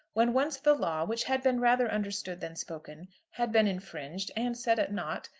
when once the law which had been rather understood than spoken had been infringed and set at naught,